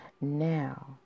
Now